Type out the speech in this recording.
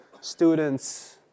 students